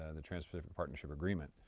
ah the transpacific partnership agreement,